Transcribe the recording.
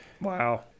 Wow